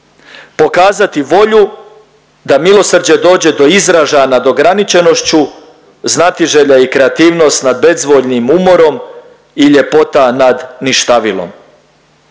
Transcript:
pokazati volju da milosrđe dođe do izražaja nad ograničenošću znatiželje i kreativnost nad bezvoljnim umorom i ljepota nad ništavilom.